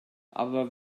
aber